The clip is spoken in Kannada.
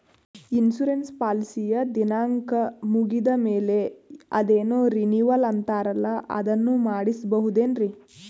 ಇನ್ಸೂರೆನ್ಸ್ ಪಾಲಿಸಿಯ ದಿನಾಂಕ ಮುಗಿದ ಮೇಲೆ ಅದೇನೋ ರಿನೀವಲ್ ಅಂತಾರಲ್ಲ ಅದನ್ನು ಮಾಡಿಸಬಹುದೇನ್ರಿ?